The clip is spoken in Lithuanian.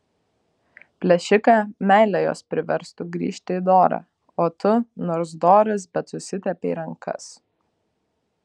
plėšiką meilė jos priverstų grįžt į dorą o tu nors doras bet susitepei rankas